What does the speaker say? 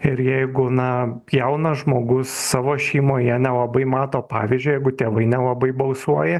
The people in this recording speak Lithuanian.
ir jeigu na jaunas žmogus savo šeimoje nelabai mato pavyzdžio jeigu tėvai nelabai balsuoja